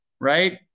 right